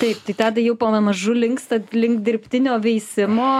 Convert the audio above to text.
taip tai tadai jau pamamažu linkstat link dirbtinio veisimo